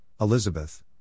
Elizabeth